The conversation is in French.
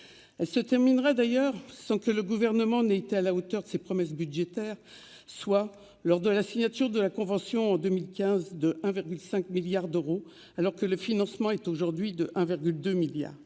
elle se terminera d'ailleurs sans que le gouvernement n'a été à la hauteur de ses promesses budgétaires, soit lors de la signature de la convention en 2015 de 1 virgule 5 milliards d'euros, alors que le financement est aujourd'hui de 1,2 milliards